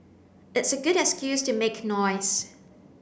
it's a good excuse to make noise